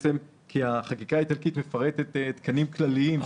החקיקה האיטלקית מפרטת תקנים כלליים.